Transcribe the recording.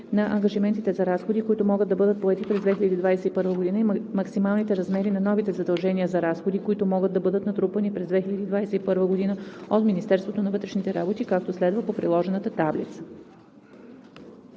на ангажиментите за разходи, които могат да бъдат поети през 2021 г., и максималните размери на новите задължения за разходи, които могат да бъдат натрупани през 2021 г. от Министерството на вътрешните работи, както следва по приложената таблица.“